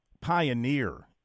pioneer